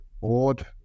board